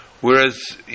Whereas